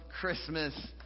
Christmas